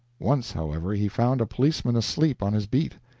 once, however, he found a policeman asleep on his beat.